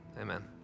Amen